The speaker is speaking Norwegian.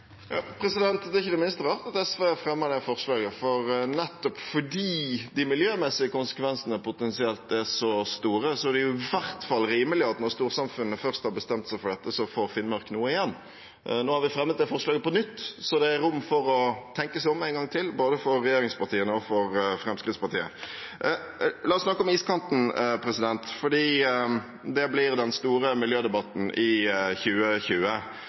Det er ikke det minste rart at SV fremmer det forslaget. Det er nettopp fordi de miljømessige konsekvensene potensielt er så store. Så det er i hvert fall rimelig at når storsamfunnet først har bestemt seg for dette, får Finnmark noe igjen. Nå har vi fremmet det forslaget på nytt, så det er rom for å tenke seg om en gang til, både for regjeringspartiene og for Fremskrittspartiet. La oss snakke om iskanten, for det blir den store miljødebatten i 2020.